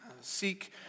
seek